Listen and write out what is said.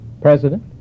president